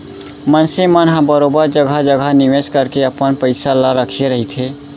मनसे मन ह बरोबर जघा जघा निवेस करके अपन पइसा ल रखे रहिथे